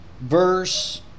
Verse